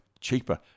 cheaper